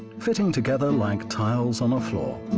fitting together like tiles on a floor.